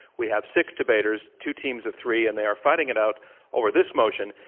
we have six debaters, two teams of three and they are fighting it out over this motion,